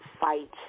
fight